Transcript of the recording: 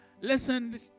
Listen